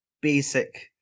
basic